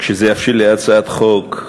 כשזה יבשיל להצעת חוק,